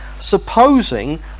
supposing